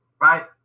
right